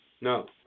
No